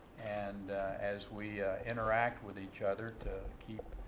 and as we interact with each other, to keep